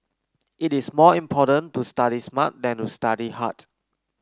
it is more important to study smart than to study hard